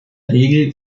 regel